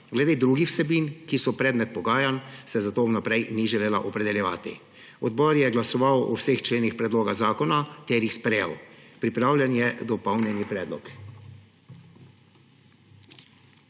Glede drugih vsebin, ki so predmet pogajanj, se zato vnaprej ni želela opredeljevati. Odbor je glasoval o vseh členih predloga zakona ter jih sprejel. Pripravljen je dopolnjeni predlog.